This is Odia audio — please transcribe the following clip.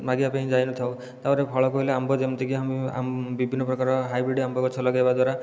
ହଁ ହଁ ମାଗିବା ପାଇଁ ଯାଇ ନଥାଉ ତା'ପରେ ଫଳ କହିଲେ ଆମ୍ବ ଯେମିତିକି ବିଭିନ୍ନ ପ୍ରକାର ହାଇବ୍ରିଡ଼ ଆମ୍ବ ଗଛ ଲଗାଇବା ଦ୍ୱାରା